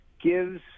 gives